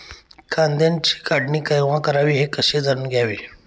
कांद्याची काढणी केव्हा करावी हे कसे जाणून घ्यावे?